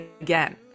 again